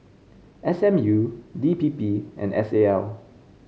S M U D P P and S A L